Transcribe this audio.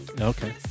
Okay